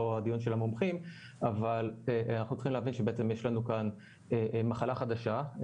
הדיון של המומחים אבל אנחנו צריכים להבין שיש לנו כאן מחלה חדשה,